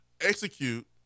execute